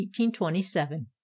1827